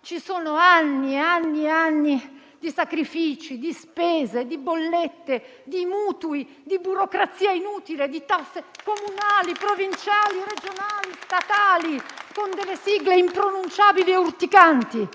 ci sono anni e anni di sacrifici, di spese, di bollette, di mutui, di burocrazia inutile, di tasse comunali, provinciali, regionali, statali, con delle sigle impronunciabili e urticanti.